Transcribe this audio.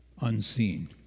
unseen